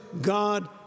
God